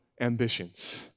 ambitions